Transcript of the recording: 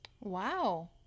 Wow